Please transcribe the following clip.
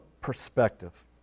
perspective